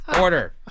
order